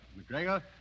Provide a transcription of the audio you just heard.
McGregor